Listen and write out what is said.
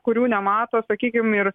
kurių nemato sakykim ir